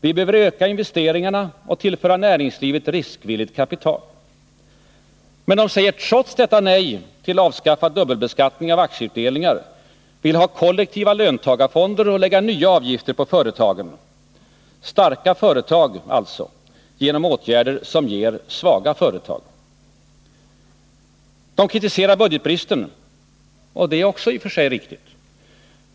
Vi behöver öka investeringarna och tillföra näringslivet riskvilligt kapital. Men de säger trots detta nej till avskaffad dubbelbeskattning av aktieutdelningar och vill ha kollektiva löntagarfonder samt lägga nya avgifter på företagen. Starka företag alltså, genom åtgärder som ger svaga företag. Socialdemokraterna kritiserar budgetbristen. Och det är också i och för sig riktigt.